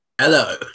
Hello